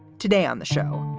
today on the show,